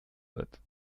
wird